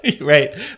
Right